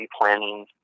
planning